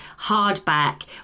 hardback